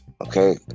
okay